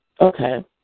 Okay